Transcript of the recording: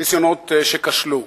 ניסיונות שכשלו.